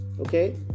Okay